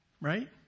right